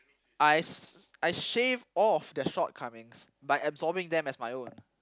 I s~ I shaved off their shortcomings by absorbing them as my own